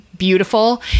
beautiful